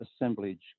assemblage